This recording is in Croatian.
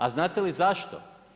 A znate li zašto?